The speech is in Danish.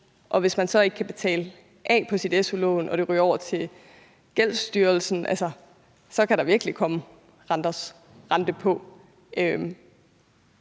Og hvis man så ikke kan betale af på sit su-lån og det ryger over til Gældsstyrelsen, kan der virkelig komme renters rente på.